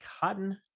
Cotton